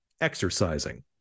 exercising